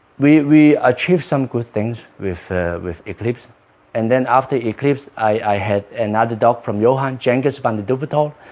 we we achieved some good things with with eclipse and then after eclipse i had and ah another dog from johan genghis van de duvetorre